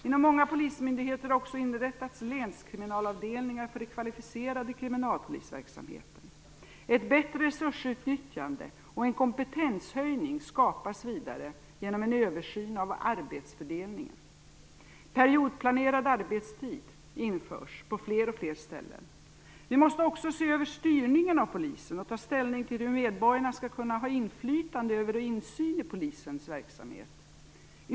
Inom många polismyndigheter har också inrättats länskriminalavdelningar för den kvalificerade kriminalpolisverksamheten. Ett bättre resursutnyttjande och en kompetenshöjning skapas vidare genom en översyn av arbetsfördelningen. Periodplanerad arbetstid införs på fler och fler ställen. Vi måste också se över styrningen av polisen och ta ställning till hur medborgarna skall kunna ha inflytande över och insyn i polisens verksamhet.